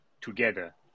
together